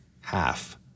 half